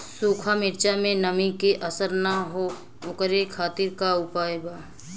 सूखा मिर्चा में नमी के असर न हो ओकरे खातीर का उपाय बा?